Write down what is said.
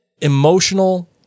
emotional